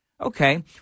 Okay